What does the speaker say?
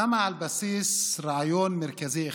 קמה על בסיס רעיון מרכזי אחד: